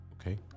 Okay